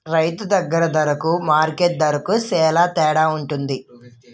రైతు దగ్గర దరకు మార్కెట్టు దరకు సేల తేడవుంటది